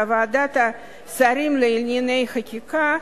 ולוועדת השרים לענייני חקיקה,